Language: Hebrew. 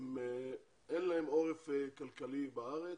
אין להם עורף כלכלי בארץ,